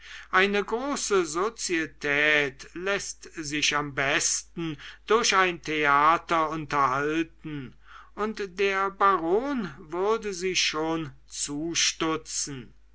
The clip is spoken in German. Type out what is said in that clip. eine große sozietät läßt sich am besten durch ein theater unterhalten und der baron würde sie schon zustutzen